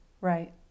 Right